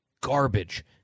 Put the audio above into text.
garbage